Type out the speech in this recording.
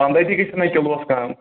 پنٛداہ تہِ گژھیٚس نا کِلوس کم